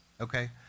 okay